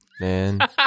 man